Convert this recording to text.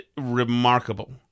remarkable